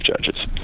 judges